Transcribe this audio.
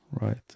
right